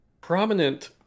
prominent